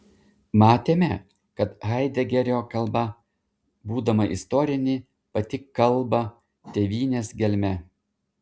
matėme kad haidegerio kalba būdama istorinė pati kalba tėvynės gelme